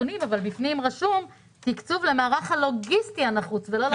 בפנים רשום: תקצוב למערך הלוגיסטי הנחוץ.